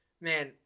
man